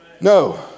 No